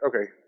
Okay